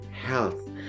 health